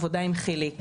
עבודה עם חיליק,